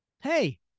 Hey